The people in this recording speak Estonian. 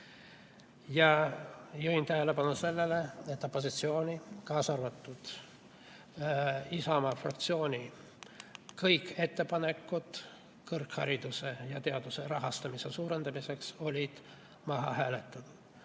Juhin tähelepanu sellele, et opositsiooni, kaasa arvatud Isamaa fraktsiooni kõik ettepanekud kõrghariduse ja teaduse rahastamise suurendamiseks hääletasid